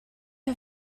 who